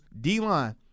D-line